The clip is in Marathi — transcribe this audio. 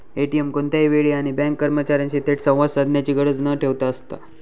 ए.टी.एम कोणत्याही वेळी आणि बँक कर्मचार्यांशी थेट संवाद साधण्याची गरज न ठेवता असता